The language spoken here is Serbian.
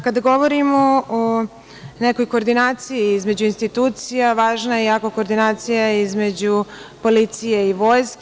Kada govorimo o nekoj koordinaciji između institucija, važna je jako koordinacija između policije i vojske.